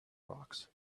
rocks